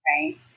right